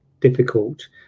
difficult